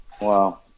Wow